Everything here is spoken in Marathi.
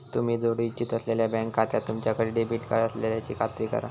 तुम्ही जोडू इच्छित असलेल्यो बँक खात्याक तुमच्याकडे डेबिट कार्ड असल्याची खात्री करा